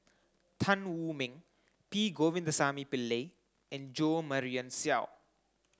Tan Wu Meng P Govindasamy Pillai and Jo Marion Seow